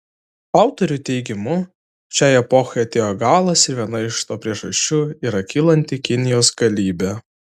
autorių teigimu šiai epochai atėjo galas ir viena iš to priežasčių yra kylanti kinijos galybė